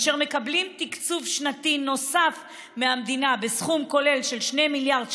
אשר מקבלים תקציב שנתי נוסף מהמדינה בסכום כולל של 2 מיליארד שקלים,